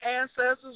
ancestors